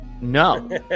No